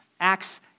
Acts